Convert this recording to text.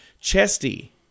Chesty